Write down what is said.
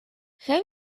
have